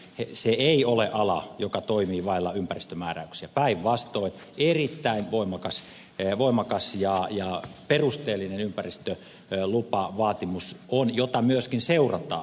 se ei ole ala joka toimii vailla ympäristömääräyksiä päinvastoin on erittäin voimakas ja perusteellinen ympäristölupavaatimus jota myöskin seurataan